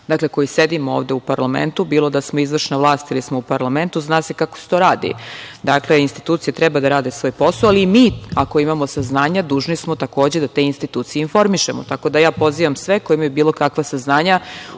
dakle, koji sedimo ovde u parlamentu, bilo da smo izvršna vlast ili smo u parlamentu, zna se kako se to radi. Dakle, institucije treba da rade svoj posao, ali i mi, ako imamo saznanja, dužni smo, takođe, da te institucije informišemo. Tako da, ja pozivam sve koji imaju bilo kakva saznanja